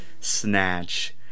Snatch